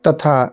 तथा